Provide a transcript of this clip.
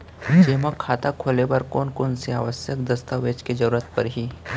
जेमा खाता खोले बर कोन कोन से आवश्यक दस्तावेज के जरूरत परही?